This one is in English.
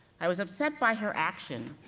i was upset by her action,